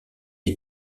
les